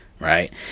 Right